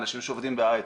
אנשים שעובדים בהייטק.